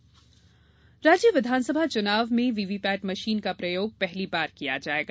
VVPAT machine राज्य विधानसभा चुनाव में वीवीपैट मशीन का प्रयोग पहली बार किया जायेगा